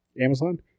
Amazon